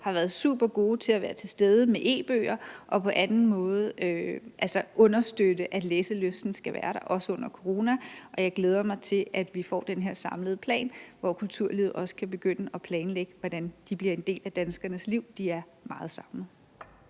har været supergode til at være til stede med e-bøger og på anden måde understøtte, at læselysten skal være der, også under corona. Jeg glæder mig til, at vi får den her samlede plan, hvor kulturlivet også kan begynde at planlægge, hvordan de bliver en del af danskernes liv. De er meget savnede.